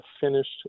finished